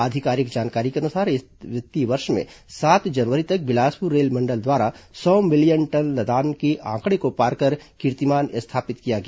आधिकारिक जानकारी के अनुसार इस वित्तीय वर्ष में सात जनवरी तक बिलासपुर रेलमंडल द्वारा सौ मिलियन टन लदान के आंकड़े को पार कर कीर्तिमान स्थापित किया गया